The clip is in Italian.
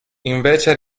invece